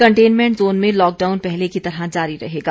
containment zone में lockdown पहले की तरह जारी रहेगा